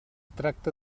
tracta